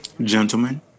Gentlemen